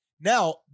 Now